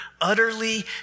utterly